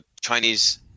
Chinese